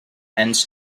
ends